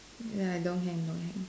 and I don't hang don't hang